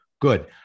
Good